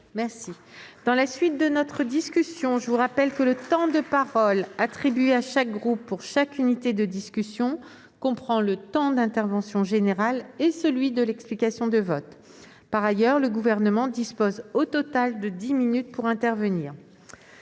Mes chers collègues, je vous rappelle que le temps de parole attribué à chaque groupe pour chaque discussion comprend le temps d'intervention générale et celui de l'explication de vote. Par ailleurs, le Gouvernement dispose au total de dix minutes pour intervenir.